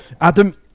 Adam